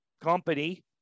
company